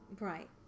right